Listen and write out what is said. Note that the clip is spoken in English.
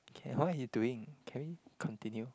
can what he doing can we continue